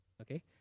okay